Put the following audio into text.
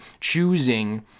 choosing